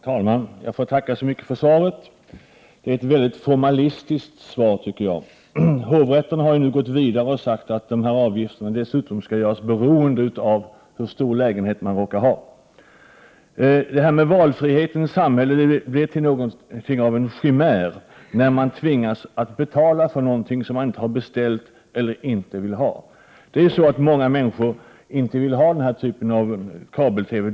Herr talman! Jag tackar så mycket för svaret. Det är ett mycket formalistiskt svar. Hovrätten har nu gått vidare och sagt att den aktuella avgiften kommer att vara beroende av lägenhetens storlek. Valfriheten för samhället blir något av en chimär när människor tvingas betala för något som de inte har beställt eller inte vill ha. Många människor vill ju inte ha kabel-TV.